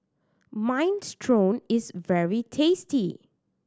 minestrone is very tasty